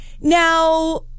Now